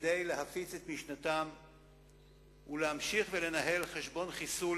כדי להפיץ את משנתם ולהמשיך ולנהל חשבון של חיסול